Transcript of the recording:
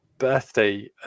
birthday